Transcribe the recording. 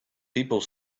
people